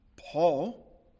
Paul